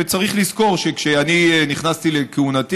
וצריך לזכור שכשאני נכנסתי לכהונתי